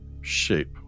shape